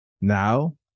Now